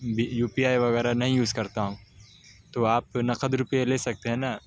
you P I وغیرہ نہیں use کرتا ہوں تو آپ نقد روپئے لے سکتے ہیں نا